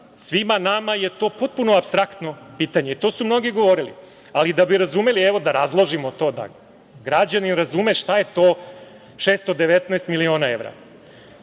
svima nama je to potpuno apstraktno pitanje. To su mnogi govorili, ali da bi razumeli, evo da razložimo to, da građanin razume šta je to 619 miliona evra.